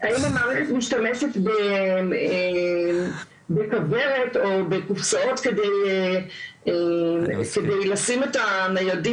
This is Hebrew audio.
המערכת משתמשת בכוורת או בקופסאות על מנת להניח בהן את הניידים